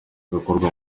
bikorwa